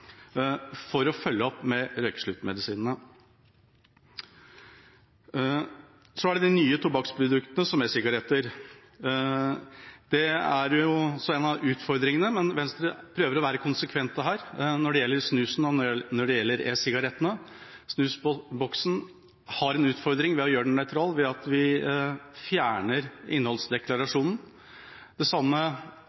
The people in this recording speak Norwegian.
for å følge opp med røykesluttmedisinene. Så til de nye tobakksproduktene, som e-sigaretter. Det er en av utfordringene, men Venstre prøver her å være konsekvente når det gjelder snusen, og når det gjelder e-sigarettene. Det er en utfordring å gjøre snusboksen nøytral ved at vi fjerner